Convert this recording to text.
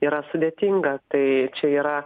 yra sudėtinga tai čia yra